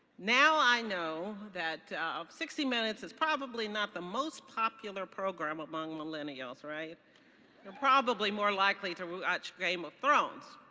now i know that sixty minutes is probably not the most popular program among millennials, right? they're probably more likely to watch game of thrones.